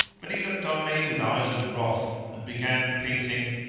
but he looked on me with eyes of wrath, and began repeating